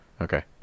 Okay